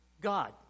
God